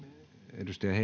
edustaja